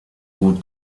gut